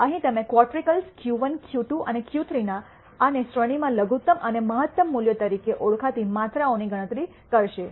અહીં તમે quartiles Q1 Q2 અને Q3 અને શ્રેણીમાં લઘુત્તમ અને મહત્તમ મૂલ્યો તરીકે ઓળખાતી માત્રાઓની ગણતરી કરશે